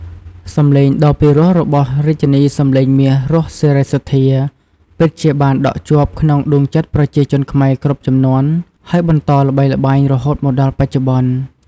សំឡេងដ៏ពីរោះរបស់រាជិនីសម្លេងមាស រស់ សេរីសុទ្ធា ពិតជាបានដក់ជាប់ក្នុងដួងចិត្តប្រជាជនខ្មែរគ្រប់ជំនាន់ ហើយបន្តល្បីល្បាញរហូតមកដល់បច្ចុប្បន្ន។